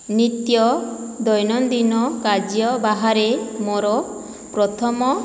ନିତ୍ୟ ଦୈନନ୍ଦିନ କାର୍ଯ୍ୟ ବାହାରେ ମୋ'ର ପ୍ରଥମ